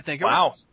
Wow